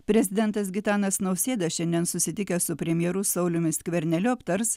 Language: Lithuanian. prezidentas gitanas nausėda šiandien susitikęs su premjeru sauliumi skverneliu aptars